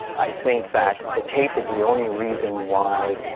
i think that the tape is the only reason why